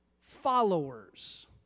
followers